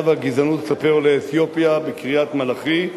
והגזענות כלפי עולי אתיופיה בקריית-מלאכי,